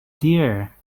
dear